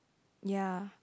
ya